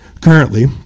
Currently